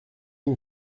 une